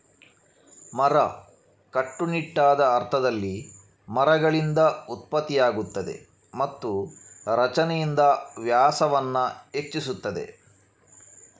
ಮರ, ಕಟ್ಟುನಿಟ್ಟಾದ ಅರ್ಥದಲ್ಲಿ, ಮರಗಳಿಂದ ಉತ್ಪತ್ತಿಯಾಗುತ್ತದೆ ಮತ್ತು ರಚನೆಯಿಂದ ವ್ಯಾಸವನ್ನು ಹೆಚ್ಚಿಸುತ್ತದೆ